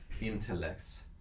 intellects